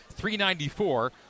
394